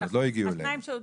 שעוד לא הגיעו אליהם.